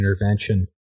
intervention